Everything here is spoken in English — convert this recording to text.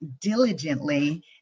diligently